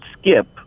skip